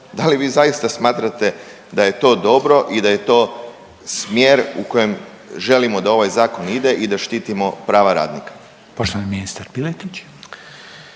Da li vi zaista smatrate da je to dobro i da je to smjer u kojem želimo da ovaj zakon ide i da štitimo prava radnika? **Reiner, Željko